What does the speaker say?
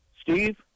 Steve